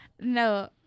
No